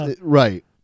right